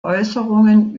äußerungen